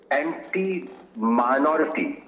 anti-minority